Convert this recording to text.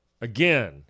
Again